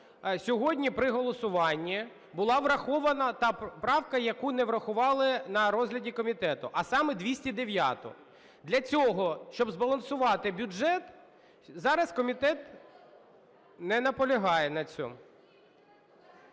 сьогодні при голосуванні була врахована та правка, яку не врахували на розгляді комітету, а саме 209-у. Для цього, щоб збалансувати бюджет, зараз комітет не наполягає на цьому.